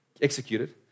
executed